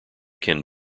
can